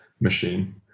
machine